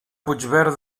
puigverd